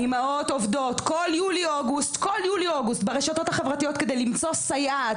האימהות עובדות כל יולי-אוגוסט ברשתות החברתיות כדי למצוא סייעת